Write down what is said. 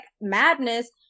madness